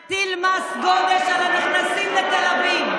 איך אתם לא מתביישים להטיל מס גודש על הנכנסים לתל אביב,